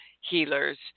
healers